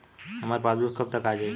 हमार पासबूक कब तक आ जाई?